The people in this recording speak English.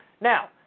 Now